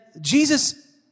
Jesus